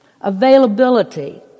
Availability